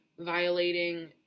violating